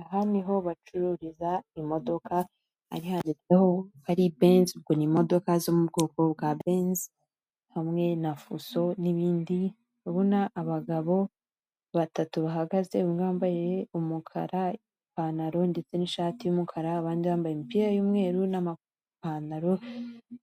Aha niho bacururiza imodoka hari handitseho benz, ngo ni imodoka zo mu bwoko bwa benzi, hamwe na fuso n'ibindi ndababona abagabo batatu bahagaze umwe wambaye umukara, ipantaro ndetse n'ishati y'umukara abandi bambaye imipira y'umweru n'amapantaro